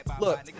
Look